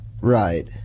Right